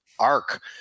arc